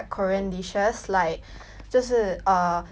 就是 uh jjampong ah 那些就是